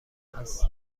است